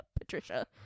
patricia